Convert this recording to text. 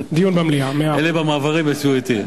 אלה במעברים הצביעו אתי.